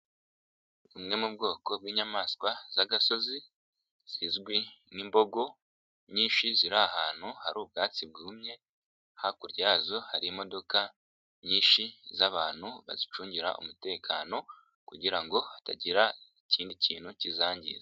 Bumwe mu bwoko bw'inyamaswa z'agasozi zizwi nk'imbogo nyinshi ziri ahantu hari ubwatsi bwumye hakurya yazo hari imodoka nyinshi z'abantu bazicungira umutekano kugira ngo hatagira ikindi kintu kizangiza.